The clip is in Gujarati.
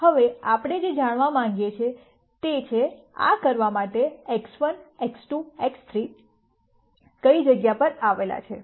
હવે આપણે જે જાણવા માંગીએ છીએ તે છે આ કરવા માટે X1 X2 X3 કઈ જગ્યા પર આવેલા છે